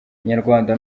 inyarwanda